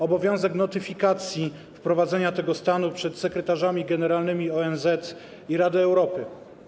Obowiązek notyfikacji wprowadzenia tego stanu przed sekretarzami generalnymi ONZ i Rady Europy?